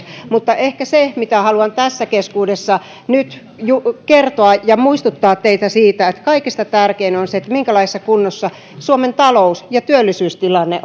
mutta ehkä se mitä haluan tässä keskuudessa nyt kertoa ja muistuttaa teitä siitä on se että kaikista tärkeintä on minkälaisessa kunnossa suomen talous ja työllisyystilanne